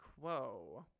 quo